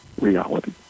reality